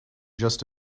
just